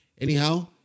Anyhow